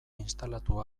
instalatu